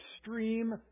extreme